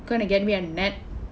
gonna get me a net